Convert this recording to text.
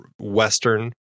Western